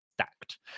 stacked